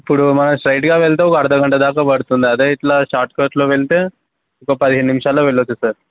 ఇప్పుడు మనం స్ట్రైట్గా వెళ్తే ఒక అరగంట దాకా పడుతుంది అదే ఇలా షార్ట్కట్లో వెళ్తే ఒక పదిహేను నిమిషాలో వెళ్ళచ్చు సార్